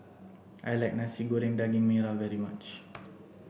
I like Nasi Goreng Daging Merah very much